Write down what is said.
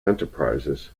enterprises